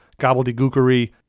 gobbledygookery